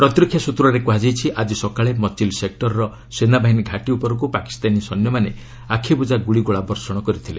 ପ୍ରତିରକ୍ଷା ସ୍ୱତ୍ରରେ କୁହାଯାଇଛି ଆକି ସକାଳେ ମଚିଲ୍ ସେକ୍ଟରର ସେନାବାହିନୀ ଘାଟି ଉପରକୁ ପାକିସ୍ତାନୀ ସୈନ୍ୟମାନେ ଆଖିବୁଜା ଗୁଳିଗୋଳା ବର୍ଷଣ କରିଥିଲେ